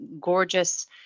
gorgeous